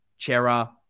Chera